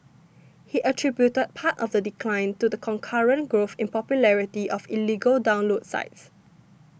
he attributed part of the decline to the concurrent growth in popularity of illegal download sites